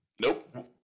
Nope